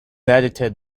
edited